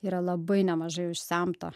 yra labai nemažai užsemta